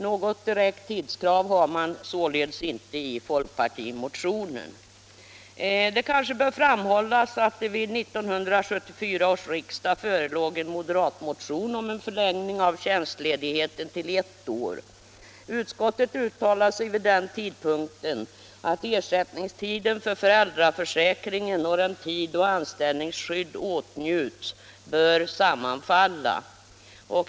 Något direkt tidskrav har man således icke i folkpartimotionen. Det kanske bör framhållas att det vid 1974 års riksdag förelåg en moderatmotion om en förlängning av tjänstledigheten till ett år. Utskottet uttalade då att ersättningstiden för föräldraförsäkringen och den tid då anställningsskydd åtnjuts bör sammanfalla.